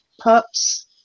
pups